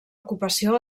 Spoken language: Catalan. ocupació